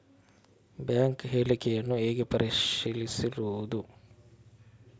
Bank ಹೇಳಿಕೆಯನ್ನು ಹೇಗೆ ಪರಿಶೀಲಿಸುವುದು?